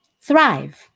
Thrive